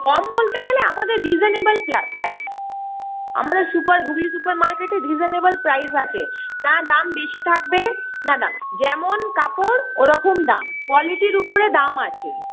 কম বলতে গেলে আমাদের রিজেনবেল প্রাইস আমাদের সুপার হুগলি সুপারমার্কেটে রিজেনবেল প্রাইস আছে না দাম বেশি থাকবে না দাম যেমন কাপড় ওরকম দাম কোয়ালিটির উপরে দাম আছে